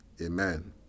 amen